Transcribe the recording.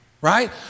Right